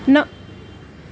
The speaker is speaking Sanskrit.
न